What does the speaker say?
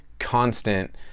constant